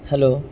hello